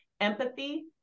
empathy